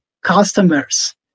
customers